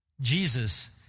Jesus